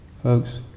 folks